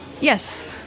Yes